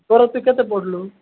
ତୋର ତୁ କେତେ ପଢ଼ିଲୁ